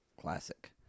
Classic